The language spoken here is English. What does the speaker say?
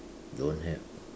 don't have